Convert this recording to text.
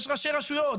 יש ראשי רשויות,